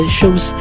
show's